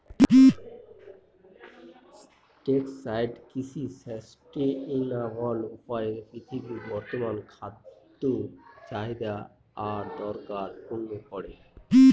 টেকসই কৃষি সাস্টেইনাবল উপায়ে পৃথিবীর বর্তমান খাদ্য চাহিদা আর দরকার পূরণ করে